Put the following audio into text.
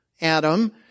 Adam